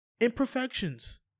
imperfections